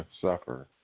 suffer